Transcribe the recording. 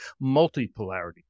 Multipolarity